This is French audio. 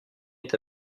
est